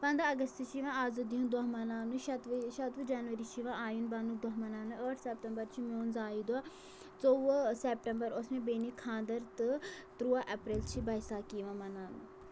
پنٛداہ اَگست چھِ یِوان آزٲدی ہُنٛد دۄہ مَناونہٕ شتوُہ یہِ شَتوُہ جَنوری چھِ یِوان آیِن بنٛنُک دۄہ مَناونہٕ ٲٹھ سٮ۪پٹمبَر چھِ میون زایہِ دۄہ ژوٚوُہ سٮ۪پٹمبَر اوس مےٚ بیٚنہِ خانٛدَر تہٕ تُرٛواہ اپریل چھِ بَیساکی یِوان مناونہٕ